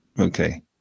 Okay